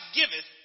giveth